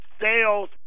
sales